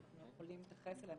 אז אנחנו יכולים להתייחס אליהם,